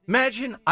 Imagine